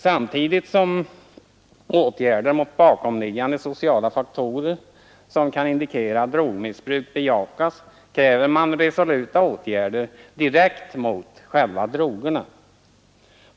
Samtidigt som åtgärder mot bakomliggande sociala faktorer, som kan indikera drogmissbruk, bejakas kräver man resoluta åtgärder direkt mot garna ut till själva drogerna.